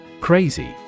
Crazy